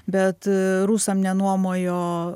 bet rusam nenuomojo